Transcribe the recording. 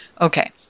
Okay